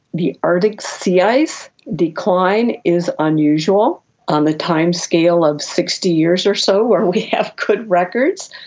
the arctic sea ice decline is unusual on the timescale of sixty years or so where we have good records,